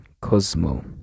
cosmo